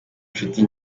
inshuti